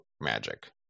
magic